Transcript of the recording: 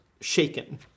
shaken